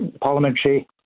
parliamentary